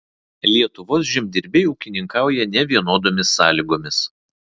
lietuvos žemdirbiai ūkininkauja nevienodomis sąlygomis